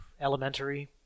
Elementary